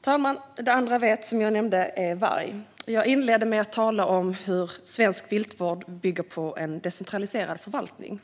talman! Det andra v:et är, som jag nämnde, varg. Jag inledde med att tala om att svensk viltvård bygger på en decentraliserad förvaltning.